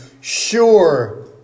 sure